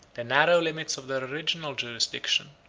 the narrow limits of their original jurisdiction,